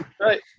Right